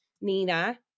Nina